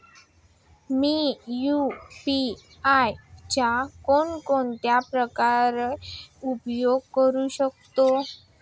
मी UPI चा कोणकोणत्या प्रकारे उपयोग करू शकतो?